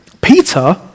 Peter